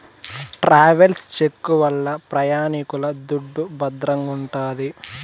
travels cheque వల్ల ప్రయాణికుల దుడ్డు భద్రంగుంటాది